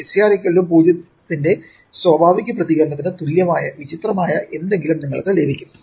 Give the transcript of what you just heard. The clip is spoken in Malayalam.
SCR1 ന്റെ സ്വാഭാവിക പ്രതികരണത്തിന് തുല്യമായ വിചിത്രമായ എന്തെങ്കിലും നിങ്ങൾക്ക് ലഭിക്കും